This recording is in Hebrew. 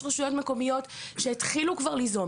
יש רשויות מקומיות שכבר התחילו ליזום,